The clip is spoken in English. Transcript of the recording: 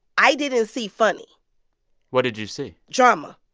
i didn't see funny what did you see? drama